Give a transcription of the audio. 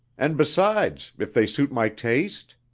and besides, if they suit my taste?